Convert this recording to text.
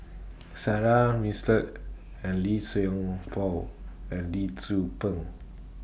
Sarah Winstedt and Lee Song Paul and Lee Tzu Pheng